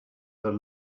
the